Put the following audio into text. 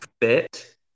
fit